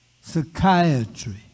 psychiatry